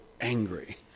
angry